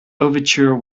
overture